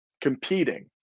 competing